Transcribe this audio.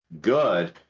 good